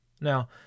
Now